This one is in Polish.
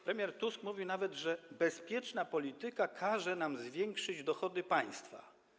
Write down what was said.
Premier Tusk mówił nawet, że bezpieczna polityka każe nam zwiększyć dochody państwa.